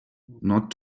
not